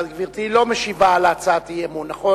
כבוד השרה לנדבר, את לא משיבה על ההצעה, נכון?